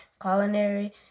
culinary